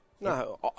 No